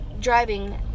driving